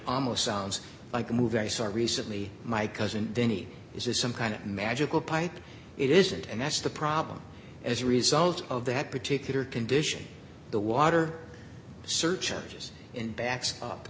almost sounds like a movie star recently my cousin denny this is some kind of magical pipe it isn't and that's the problem as a result of that particular condition the water surcharges and backs up